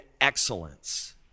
excellence